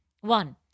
One